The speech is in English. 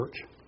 church